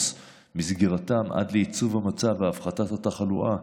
מסגירתם עד לייצוב המצב והפחתת התחלואה,